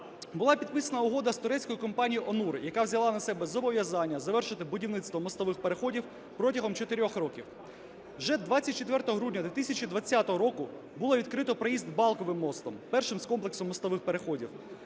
була підписана угода з турецькою компанією "Онур", яка взяла на себе зобов'язання завершити будівництво мостових переходів протягом чотирьох років. Вже 24 грудня 2020 року було відкрито проїзд Балковим мостом – першим з комплексу мостових переходів,